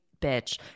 bitch